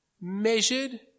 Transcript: measured